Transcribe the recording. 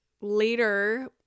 later